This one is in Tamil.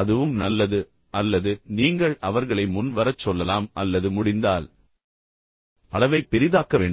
அதுவும் நல்லது அல்லது நீங்கள் அவர்களை முன் வரச் சொல்லலாம் அல்லது முடிந்தால் அளவை பெரிதாக்க வேண்டும்